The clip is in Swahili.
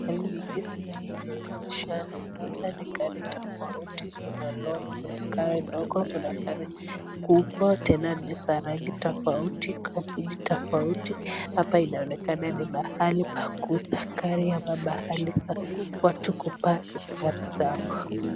Hizi zinaonyesha hapa ni gari tofauti kuna lori, kuna gari ndogo, kuna gari kubwa tena ni za rangi tofauti kampuni tofauti. Hapa inaonekana ni mahali pa kuuza gari ama mahali za watu ku cs[park]cs gari zao.